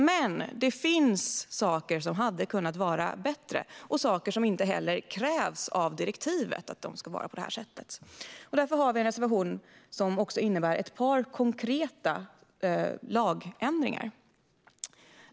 Men det finns saker som hade kunnat vara bättre och saker där inte heller direktivet kräver att de ska vara på ett visst sätt. Därför har vi en reservation som också innebär ett par konkreta lagändringar.